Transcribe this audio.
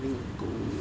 having a goal